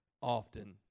often